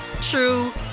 true